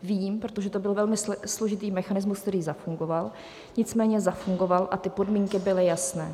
Vím, protože to byl velmi složitý mechanismus, který zafungoval, nicméně zafungoval a ty podmínky byly jasné.